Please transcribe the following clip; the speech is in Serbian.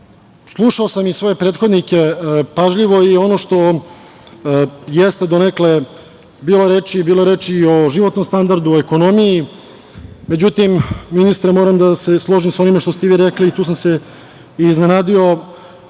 sam i svoje prethodnike pažljivo i ono što jeste donekle bilo reči, bilo je reči o životnom standardu, ekonomiji. Međutim, ministre, moram da se složim sa onim što ste vi rekli i tu sam se iznenadio,